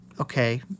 Okay